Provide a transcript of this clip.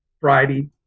Friday